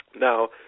Now